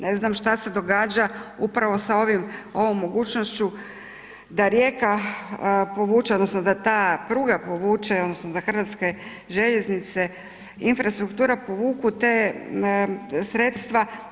Ne znam šta se događa upravo sa ovom mogućnošću da Rijeka povuče odnosno ta pruga povuče odnosno da Hrvatske željeznice, Infrastruktura povuku ta sredstva.